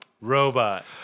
Robot